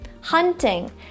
Hunting